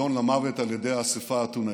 נידון למוות על ידי האספה האתונאית.